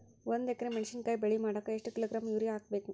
ಒಂದ್ ಎಕರೆ ಮೆಣಸಿನಕಾಯಿ ಬೆಳಿ ಮಾಡಾಕ ಎಷ್ಟ ಕಿಲೋಗ್ರಾಂ ಯೂರಿಯಾ ಹಾಕ್ಬೇಕು?